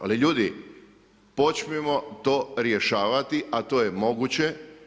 Ali ljudi, počnimo to rješavati a to je moguće.